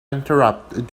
interrupted